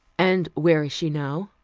and where is she now?